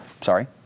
sorry